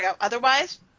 Otherwise